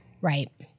Right